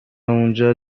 اونجا